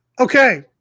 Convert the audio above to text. Okay